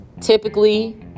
typically